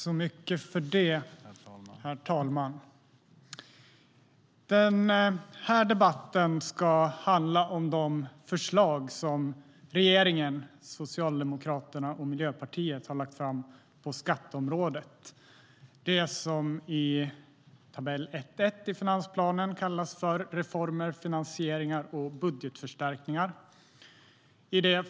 Herr talman! Den här debatten ska handla om de förslag som regeringen, Socialdemokraterna och Miljöpartiet, lagt fram på skatteområdet, det som i tabell 1.1 i Finansplanen kallas reformer, finansieringar och budgetförstärkningar.